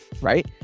right